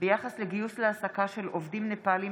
ביחס לגיוס להעסקה של עובדים נפאלים